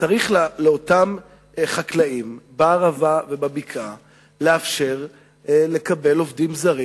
צריך לאפשר לאותם חקלאים בערבה ובבקעה לקבל עובדים זרים,